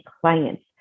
clients